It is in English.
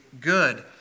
good